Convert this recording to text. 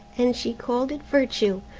and she called it virtue,